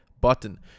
Button